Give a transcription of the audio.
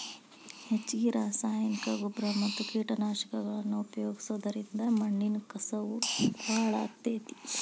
ಹೆಚ್ಚಗಿ ರಾಸಾಯನಿಕನ ಗೊಬ್ಬರ ಮತ್ತ ಕೇಟನಾಶಕಗಳನ್ನ ಉಪಯೋಗಿಸೋದರಿಂದ ಮಣ್ಣಿನ ಕಸವು ಹಾಳಾಗ್ತೇತಿ